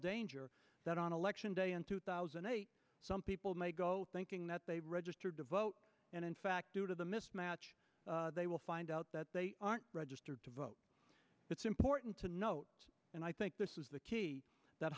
danger that on election day in two thousand and some people may go thinking that they registered to vote and in fact due to the mismatch they will find out that they are registered to vote it's important to note and i think this is the key